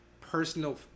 personal